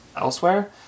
elsewhere